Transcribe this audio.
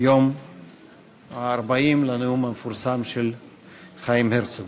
שנת ה-40 לנאום המפורסם של חיים הרצוג.